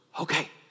okay